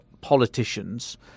politicians